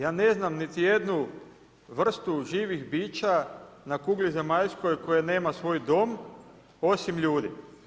Ja ne znam niti jednu vrstu živih bića na kugli zemaljskoj koja nema svoj dom osim ljudi.